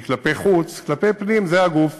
שהיא כלפי חוץ, כלפי פנים, זה הגוף